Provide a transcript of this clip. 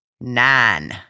nine